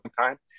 time